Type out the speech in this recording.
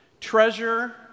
Treasure